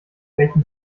welchen